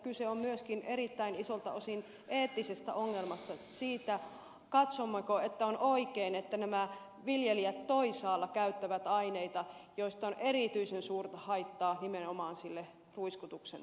kyse on myöskin erittäin isolta osin eettisestä ongelmasta siitä katsommeko että on oikein että nämä viljelijät toisaalla käyttävät aineita joista on erityisen suurta haittaa nimenomaan sille ruiskutuksen tekijälle